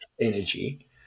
energy